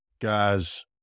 guys